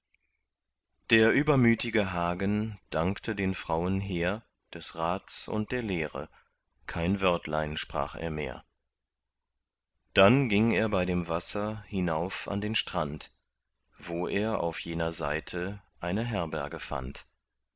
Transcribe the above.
der übermütge hagen dankte den frauen hehr des rats und der lehre kein wörtlein sprach er mehr dann ging er bei dem wasser hinauf an den strand wo er auf jener seite eine herberge fand